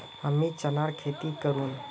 हमीं चनार खेती नी करुम